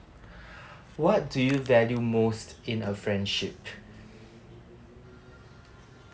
what do you value most in a friendship